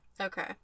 Okay